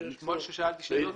אתמול כששאלתי שאלות,